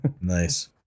Nice